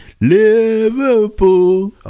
Liverpool